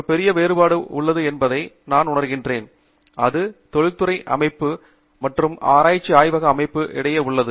ஒரு பெரிய வேறுபாடு உள்ளது என்பதை நான் உணர்கிறேன் அது தொழில்துறை அமைப்பு மற்றும் ஆராய்ச்சி ஆய்வக அமைப்பு இடையே உள்ளது